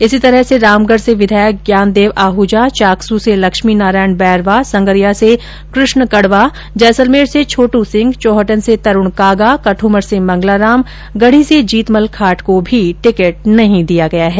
इसी तरह रामगढ़ से विधायक ज्ञानदेव आह्जा चाकसू से लक्ष्मीनाराण बैरवा संगरिया से कृष्ण कड़वा जैसलमेर से छोट् सिंह चौहटन से तरूण कागा कठूमर से मंगलाराम गढ़ी से जीतमल खाट को भी टिकट नहीं दिया गया है